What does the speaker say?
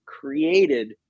created